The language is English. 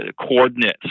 coordinates